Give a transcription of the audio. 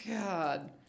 God